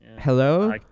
hello